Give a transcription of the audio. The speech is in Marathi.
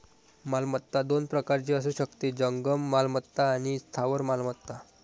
मालमत्ता दोन प्रकारची असू शकते, जंगम मालमत्ता आणि स्थावर मालमत्ता